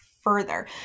further